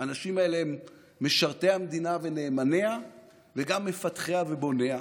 האנשים האלה הם משרתי המדינה ונאמניה וגם מפתחיה ובוניה,